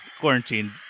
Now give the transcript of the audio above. Quarantine